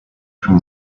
from